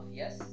yes